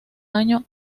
año